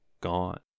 gone